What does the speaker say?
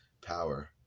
power